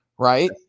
Right